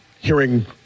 hearing